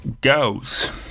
goes